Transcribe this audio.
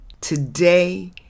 today